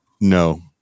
No